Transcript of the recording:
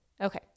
Okay